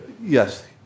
yes